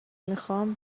میخام